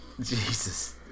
Jesus